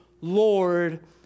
Lord